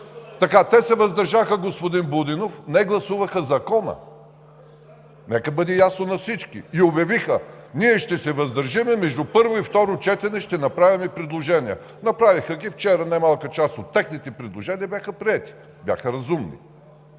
Те се въздържаха, господин Будинов, не гласуваха Закона – нека бъде ясно на всички, и обявиха: ние ще се въздържим между първо и второ четене и ще направим предложения. Направиха ги вчера. Немалка част от техните предложения бяха приети, бяха разумни.